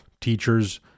teachers